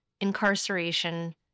incarceration